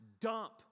dump